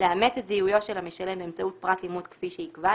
לאמת את זיהויו של המשלם באמצעות פרט אימות כפי שיקבע,